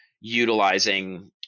utilizing